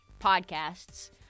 podcasts